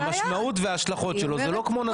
והמשמעות וההשלכות שלו זה לא כמו נשיא,